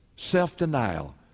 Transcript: Self-denial